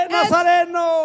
Nazareno